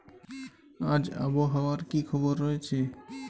আজ আবহাওয়ার কি খবর রয়েছে?